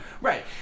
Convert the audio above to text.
Right